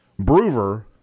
Bruver